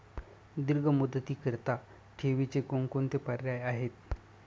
दीर्घ मुदतीकरीता ठेवीचे कोणकोणते पर्याय आहेत?